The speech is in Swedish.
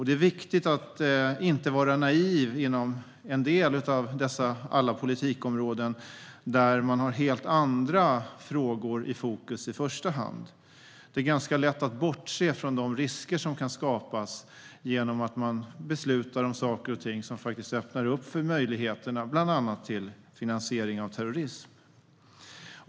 Det är viktigt att inte vara naiv inom en del av alla dessa politikområden, där man i första hand har helt andra frågor i fokus. Det är ganska lätt att bortse från de risker som kan skapas genom att man beslutar om saker och ting som faktiskt öppnar upp för möjligheter till bland annat finansiering av terrorism.